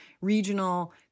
regional